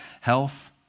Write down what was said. health